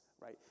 right